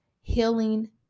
healing